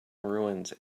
ruins